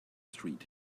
street